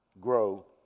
Grow